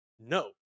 no